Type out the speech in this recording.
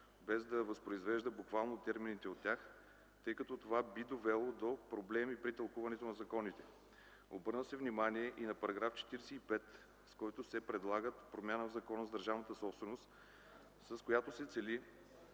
без да възпроизвежда буквално термините от тях, тъй като това би довело до проблеми при тълкуването на законите. Обърна се внимание и на § 45, с който се предлага промяна на Закона за държавната собственост, с която се цели